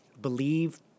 believe